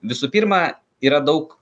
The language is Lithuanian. visų pirma yra daug